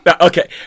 okay